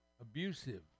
abusive